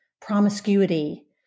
promiscuity